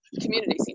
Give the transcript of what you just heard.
community